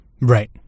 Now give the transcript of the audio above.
Right